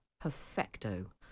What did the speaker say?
perfecto